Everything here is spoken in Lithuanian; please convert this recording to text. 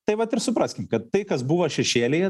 tai vat ir supraskim kad tai kas buvo šešėlyje